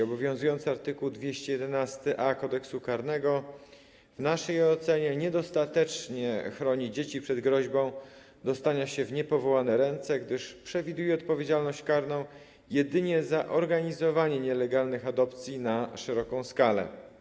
Obowiązujący art. 211a Kodeksu karnego w naszej ocenie niedostatecznie chroni dzieci przed groźbą dostania się w niepowołane ręce, gdyż przewiduje odpowiedzialność karną jedynie za organizowanie nielegalnych adopcji na szeroką skalę.